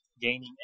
gaining